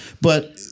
But-